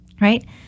right